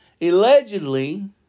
Allegedly